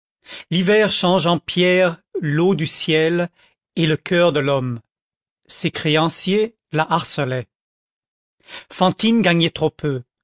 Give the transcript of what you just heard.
l'hiver change en pierre l'eau du ciel et le coeur de l'homme ses créanciers la harcelaient fantine gagnait trop peu